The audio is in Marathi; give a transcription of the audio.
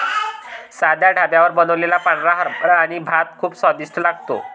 साध्या ढाब्यावर बनवलेला पांढरा हरभरा आणि भात खूप स्वादिष्ट लागतो